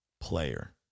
player